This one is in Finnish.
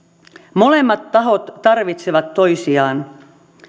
molemmat tahot tarvitsevat toisiaan